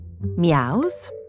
Meows